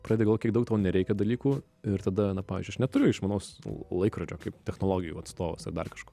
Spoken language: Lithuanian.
pradedi galvot kiek daug tau nereikia dalykų ir tada na pavyzdžiui aš neturiu išmanaus laikrodžio kaip technologijų atstovas ar dar kažko